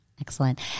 Excellent